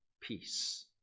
Peace